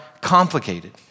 complicated